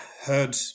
heard